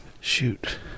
shoot